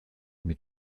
mit